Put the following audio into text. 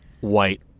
white